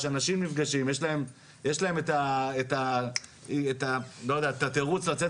שאנשים נפגשים ויש להם את התירוץ לצאת